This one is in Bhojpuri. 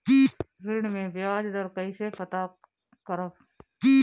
ऋण में बयाज दर कईसे पता करब?